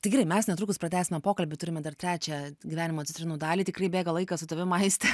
tai gerai mes netrukus pratęsime pokalbį turime dar trečią gyvenimo citrinų dalį tikrai bėga laikas su tavim aiste